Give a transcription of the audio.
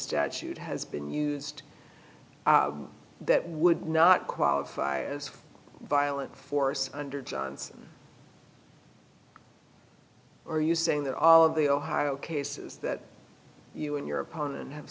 statute has been used that would not qualify as violent force under johnson are you saying that all of the ohio cases that you and your opponent have